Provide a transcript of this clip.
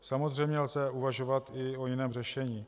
Samozřejmě lze uvažovat i o jiném řešení.